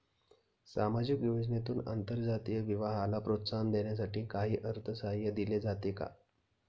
सामाजिक योजनेतून आंतरजातीय विवाहाला प्रोत्साहन देण्यासाठी काही अर्थसहाय्य दिले जाते का?